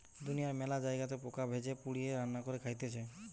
দুনিয়ার মেলা জায়গাতে পোকা ভেজে, পুড়িয়ে, রান্না করে খাইতেছে